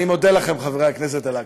אני מודה לכם, חברי הכנסת, על ההקשבה.